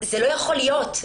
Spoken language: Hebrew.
זה לא יכול להיות.